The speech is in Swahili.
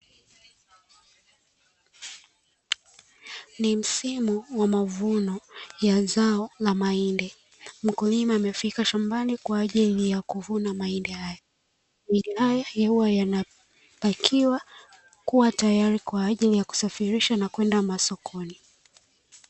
Ni msimu wa mavuno ya zao la mahindi. Mkulima amefika shambani kwa ajili ya kuvuna mahindi hayo ambayo huwa yanapakiwa kwa ajili ya kusafirishwa na kwenda sokoni.